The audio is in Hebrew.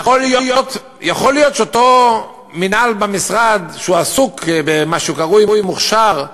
יכול להיות שאותו מינהל במשרד עסוק במה שקרוי מוכש"ר,